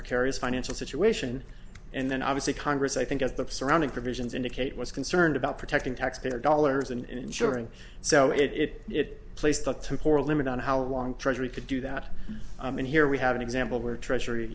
precarious financial situation and then obviously congress i think has the surrounding provisions indicate was concerned about protecting taxpayer dollars and insuring so it it it placed the too poor a limit on how long treasury could do that and here we have an example where treasury